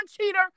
cheater